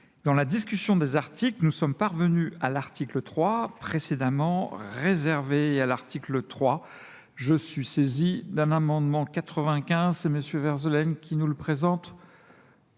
Dans la discussion des articles, nous sommes parvenus à l'article 3, précédemment réservé à l'article 3. Je suis saisi d'un amendement 95. C'est monsieur Verzelen qui nous le présente.